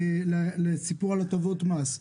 לסיפור על הטבות מס,